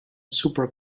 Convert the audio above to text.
super